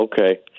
Okay